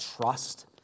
trust